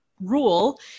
rule